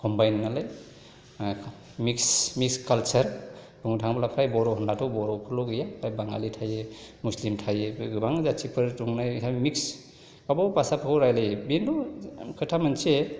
combine नालाय mix culture बुंनो थाङोब्ला फ्राय बर' होनब्लाथ' बर'फोरल' गैया फ्राय बाङालि थायो मुसलिम थायो बिदिनो गोबां जाथिफोर दंनायखाय मिक्स गावबा गाव भाषाखौ रायज्लायो बेनो खोथा मोनसे